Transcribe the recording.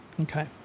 Okay